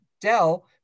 Dell